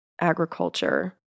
agriculture